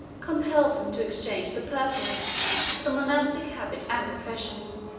compelled him to exchange the purple for the monastic habit and profession.